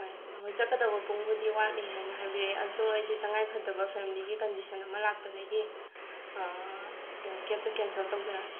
ꯍꯣꯏ ꯆꯠꯀꯗꯕ ꯄꯨꯡꯕꯨꯗꯤ ꯋꯥꯠꯂꯤ ꯍꯥꯏꯅ ꯍꯥꯏꯕꯤꯔꯑꯦ ꯑꯗꯣ ꯑꯩꯁꯦ ꯇꯉꯥꯏꯐꯗꯕ ꯐꯦꯝꯂꯤꯒꯤ ꯀꯟꯗꯤꯁꯟ ꯑꯃ ꯂꯥꯛꯄꯗꯒꯤ ꯀꯦꯝ ꯀꯦꯞꯇꯣ ꯀꯦꯟꯁꯦꯜ ꯇꯧꯖꯔꯒꯦ